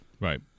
Right